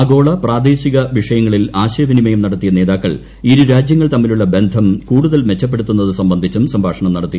ആഗോള പ്രാദേശിക വിഷയങ്ങളിൽ ആശയ വിനിമയം നടത്തിയ നേതാക്കൾ ഇരു രാജ്യങ്ങൾ തമ്മിലുള്ള ബന്ധം കൂടുതൽ മെച്ചപ്പെടുത്തുന്നത് സംബന്ധിച്ചും സംഭാഷണം നടത്തി